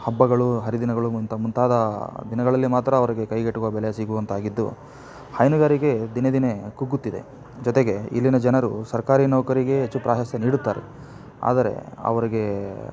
ಹಬ್ಬಗಳು ಹರಿದಿನಗಳು ಮುಂತಾ ಮುಂತಾದ ದಿನಗಳಲ್ಲಿ ಮಾತ್ರ ಅವರಿಗೆ ಕೈಗೆಟುಕುವ ಬೆಲೆ ಸಿಗುವಂತಾಗಿದ್ದು ಹೈನುಗಾರಿಕೆ ದಿನೇ ದಿನೇ ಕುಗ್ಗುತ್ತಿದೆ ಜೊತೆಗೆ ಇಲ್ಲಿನ ಜನರು ಸರ್ಕಾರಿ ನೌಕರಿಗೆ ಹೆಚ್ಚು ಪ್ರಾಶಸ್ತ್ಯ ನೀಡುತ್ತಾರೆ ಆದರೆ ಅವರಿಗೆ